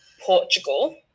Portugal